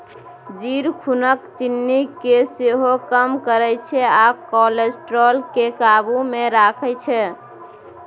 जीर खुनक चिन्नी केँ सेहो कम करय छै आ कोलेस्ट्रॉल केँ काबु मे राखै छै